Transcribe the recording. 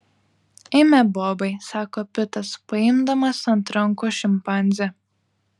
eime bobai sako pitas paimdamas ant rankų šimpanzę